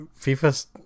FIFA's